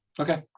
Okay